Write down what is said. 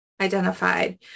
identified